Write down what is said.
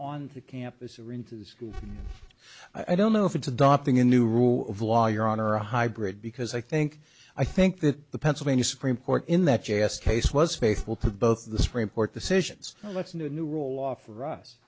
the campus or into the school i don't know if it's adopting a new rule of law your honor a hybrid because i think i think that the pennsylvania supreme court in that j s case was faithful to both the supreme court decisions and what's new a new rule offer us